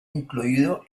incluido